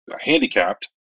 handicapped